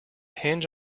hinge